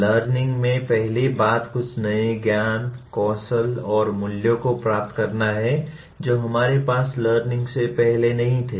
learning में पहली बात कुछ नए ज्ञान कौशल और मूल्यों को प्राप्त करना है जो हमारे पास लर्निंग से पहले नहीं थे